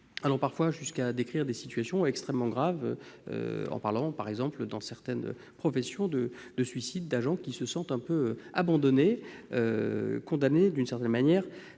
allant parfois jusqu'à décrire des situations extrêmement graves, par exemple, dans certaines professions, des suicides d'agents qui se sentent un peu abandonnés et, d'une certaine manière,